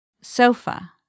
Sofa